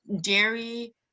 dairy